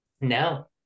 No